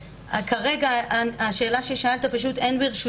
כרגע השאלה ששאלת פשוט אין ברשותי את זה.